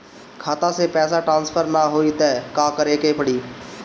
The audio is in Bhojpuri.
खाता से पैसा टॉसफर ना होई त का करे के पड़ी?